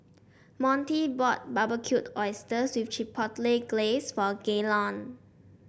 Montie bought Barbecued Oysters with Chipotle Glaze for Gaylon